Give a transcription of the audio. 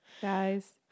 Guys